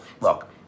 look